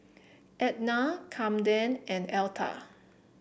Ednah Camden and Elta